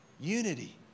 unity